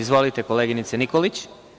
Izvolite, koleginice Nikolić.